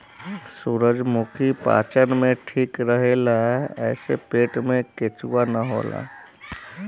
सूरजमुखी पाचन में ठीक रहेला एसे पेट में केचुआ ना होला